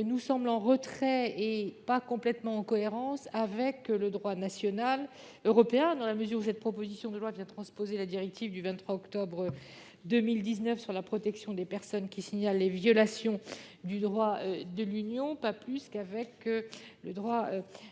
nous semble en retrait et pas totalement cohérente avec le droit européen- rappelons que cette proposition de loi vient transposer la directive du 23 octobre 2019 sur la protection des personnes qui signalent les violations du droit de l'Union -, pas plus qu'avec le droit